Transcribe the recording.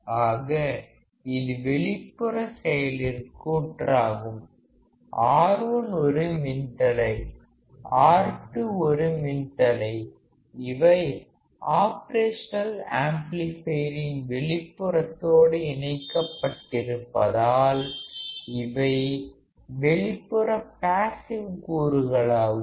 ஆக இது வெளிப்புற செயலிக்கூறாகும் R1 ஒரு மின்தடை R2 ஒரு மின்தடை இவை ஆப்ரேஷனல் ஆம்ப்ளிபையரின் வெளிப்புறத்தோடு இணைக்கப்பட்டிருப்பதால் இவை வெளிப்புற பாஸிவ் கூறுகளாகும்